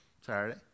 Saturday